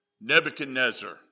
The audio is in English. Nebuchadnezzar